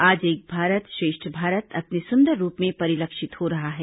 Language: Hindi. आज एक भारत श्रेष्ठ भारत अपने सुन्दर रूप में परिलक्षित हो रहा है